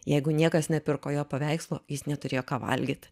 jeigu niekas nepirko jo paveikslo jis neturėjo ką valgyt